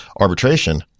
arbitration